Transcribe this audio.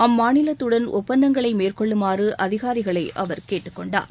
அம்மாநிலத்துடன் ஒப்பந்தங்களை மேற்கொள்ளுமாறு அதிகாரிகளை அவர் கேட்டுக் கொண்டார்